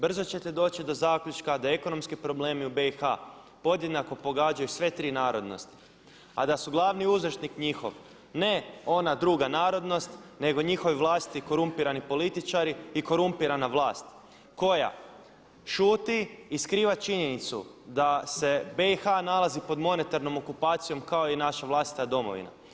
Brzo ćete doći do zaključka da ekonomski problemi u BiH podjednako pogađaju sve tri narodnosti, a da su glavni uzročnik njihov ne ona druga narodnost nego njihovi vlastiti korumpirani političari i korumpirana vlast koja šuti i skriva činjenicu da se BiH nalazi pod monetarnom okupacijom kao i naša vlastita domovina.